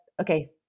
okay